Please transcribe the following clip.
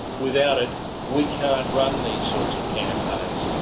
without it we can't run these sorts of campaigns.